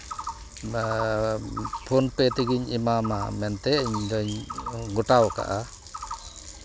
phone ᱯᱮ ᱛᱮᱜᱤᱧ ᱮᱢᱟᱢᱟ ᱢᱮᱱᱛᱮ ᱤᱧᱫᱩᱧ ᱜᱳᱴᱟ ᱟᱠᱟᱫᱼᱟ